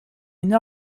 une